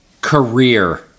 career